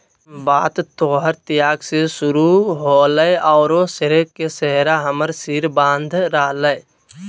बात तोहर त्याग से शुरू होलय औरो श्रेय के सेहरा हमर सिर बांध रहलय